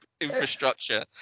infrastructure